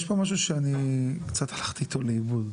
יש פה משהו שאני קצת הלכתי איתו לאיבוד.